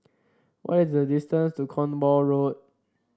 what is the distance to Cornwall Road